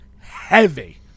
heavy